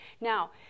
Now